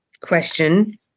question